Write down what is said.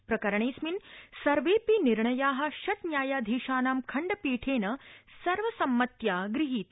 प्रकरणेऽस्मिन् सर्वेऽपि निर्णया षट् न्यायाधीशानां खण्डपीठेन सर्वसम्मत्या गृहीता